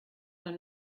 man